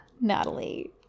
Natalie